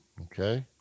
Okay